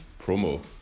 promo